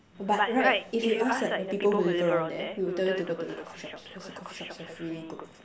but right if you ask like the people who live around there we would tell you to go to the coffee shops because the coffee shops have really good food